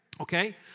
okay